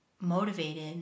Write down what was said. motivated